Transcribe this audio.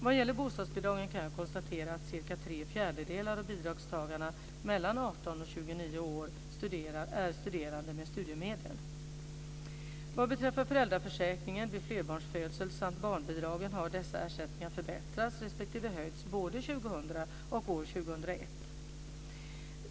Vad gäller bostadsbidragen kan jag konstatera att cirka tre fjärdedelar av bidragstagarna mellan 18 och 29 år är studerande med studiemedel. Vad beträffar föräldraförsäkringen vid flerbarnsfödsel samt barnbidragen har dessa ersättningar förbättrats respektive höjts både år 2000 och 2001.